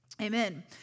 amen